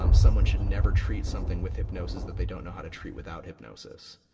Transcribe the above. um someone should never treat something with hypnosis that they don't know how to treat without hypnosis.